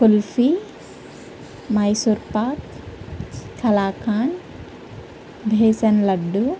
kulfi Mysore pak kalakand besan laddu